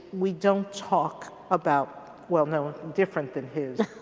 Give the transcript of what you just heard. we don't talk about well no different than his,